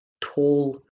tall